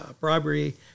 bribery